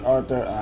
Arthur